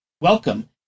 welcome